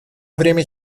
время